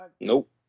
Nope